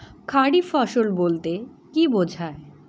খারিফ ফসল বলতে কী বোঝায়?